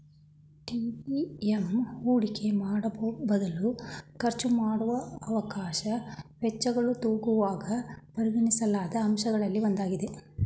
TVM ಹೂಡಿಕೆ ಮಾಡುವಬದಲು ಖರ್ಚುಮಾಡುವ ಅವಕಾಶ ವೆಚ್ಚಗಳನ್ನು ತೂಗುವಾಗ ಪರಿಗಣಿಸಲಾದ ಅಂಶಗಳಲ್ಲಿ ಒಂದಾಗಿದೆ